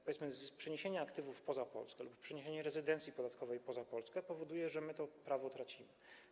Przeniesienie aktywów poza Polskę lub przeniesienie rezydencji podatkowej poza Polskę powoduje to, że my to prawo tracimy.